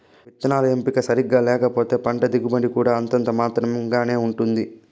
విత్తనాల ఎంపిక సరిగ్గా లేకపోతే పంట దిగుబడి కూడా అంతంత మాత్రం గానే ఉంటుంది